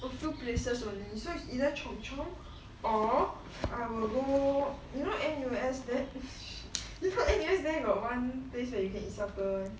a few places only either Chomp Chomp or err I will go you know N_U_S before a news there got one place where you can supper one